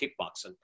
kickboxing